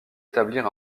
établir